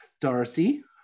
Darcy